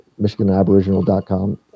michiganaboriginal.com